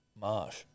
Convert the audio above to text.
Marsh